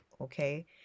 okay